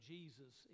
Jesus